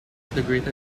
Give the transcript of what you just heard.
integrated